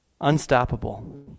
Unstoppable